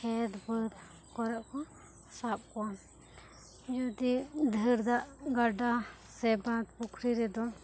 ᱠᱷᱮᱛ ᱵᱟᱹᱫᱽ ᱠᱚᱨᱮ ᱠᱚ ᱥᱟᱵ ᱠᱚᱣᱟ ᱡᱩᱫᱤ ᱫᱷᱮᱹᱨ ᱫᱟᱜ ᱜᱟᱰᱟ ᱥᱮ ᱵᱟᱸᱫᱽ ᱯᱩᱠᱷᱨᱤ ᱨᱮᱫᱚ